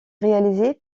réalisée